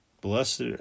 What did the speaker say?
Blessed